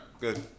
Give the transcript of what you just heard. good